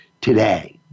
today